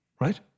right